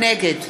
נגד